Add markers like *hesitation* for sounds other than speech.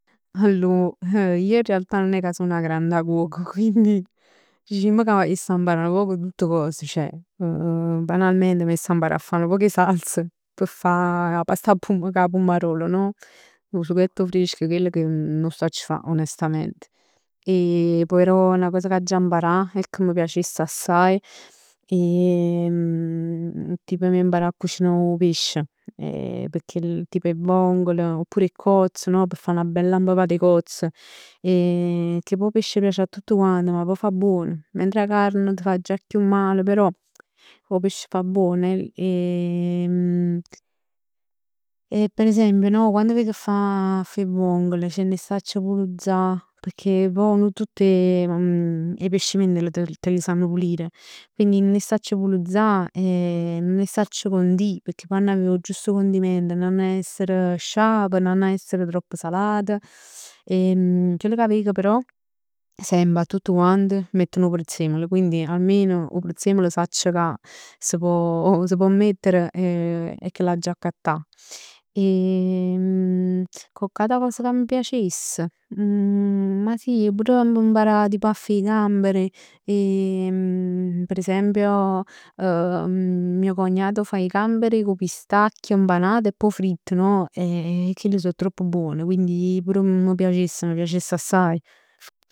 Allor, ij in realtà nun è ca so 'na granda cuoca, quindi dicimm ca m'avess imparà nu poc tutt cos. Ceh banalmente m'avess mparà a fa nu poc 'e salsa, p' fa 'a past 'a pummarol, cu 'a pummarol. 'O sughetto fresco, chell nun 'o sacc fa onestament. *hesitation* E però 'na cosa che m'aggia mparà e che m' piacess assaje *hesitation* tipo a m' imparà 'a cucinà 'o pesce, *hesitation* pecchè tipo 'e vongole, oppur 'e cozz no? P' fa 'na bella mpepat 'e cozz. *hesitation* Pecchè poj 'o pesc piace a tutt quant, ma poj fa buon. Mentre 'a carne t' fa già chiù mal, però 'o pesce fa buon e. *hesitation* E per esempio no? Quann veg 'e fa 'e vongol nun 'e sacc pulezzà, pecchè pò nun tutt 'e *hesitation* pescivendoli te li sanno pulire. Quindi nun 'e sacc pulizzà e nun 'e sacc condì pecchè poj hann avè 'o giusto condimento. Nun hann essere sciapi, nun hann essere troppo salat. *hesitation* Chell ca veg però, semp 'a tutt quant, metteno 'o prezzemolo. Quindi almeno 'o prezzemolo sacc ca s' pò, s' pò metter e che l'aggia accattà. *hesitation* Coccatacos ca m' piacess? *hesitation* Ma sì pure a m' imparà a fa 'e gamberi, *hesitation* per esempio mio cognato fa i gamberi cu 'o pistacchio, impanat e poj fritt no? E chill so troppo buon, quindi pur m' piacess, m' piacess assaje.